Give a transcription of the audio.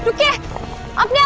get up, yeah